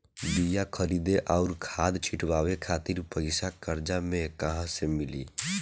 बीया खरीदे आउर खाद छिटवावे खातिर पईसा कर्जा मे कहाँसे मिली?